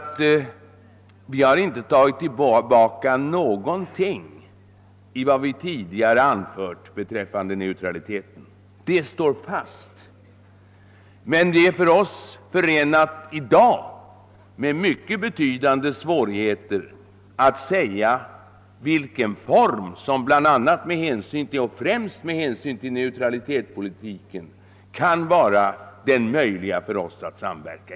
Vi har inte tagit tillbaka något av det vi tidigare anfört beträffande neutraliteten; det står fast. Men det är för oss i dag förenat med mycket betydande svårigheter att säga i vilken form som det bl.a. och främst med hänsyn till neutralitetspolitiken kan vara möjligt för oss att medverka.